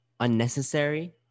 unnecessary